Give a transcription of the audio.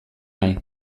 nahi